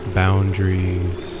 boundaries